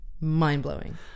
mind-blowing